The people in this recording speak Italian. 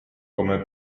come